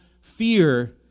fear